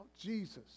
Jesus